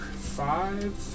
five